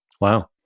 Wow